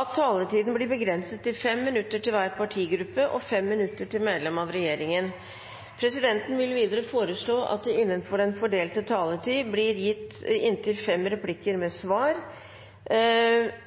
at taletiden blir begrenset til 5 minutter til hver partigruppe og 5 minutter til medlemmer av regjeringen. Videre vil presidenten foreslå at det – innenfor den fordelte taletid – blir gitt anledning til inntil fem replikker med svar